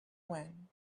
when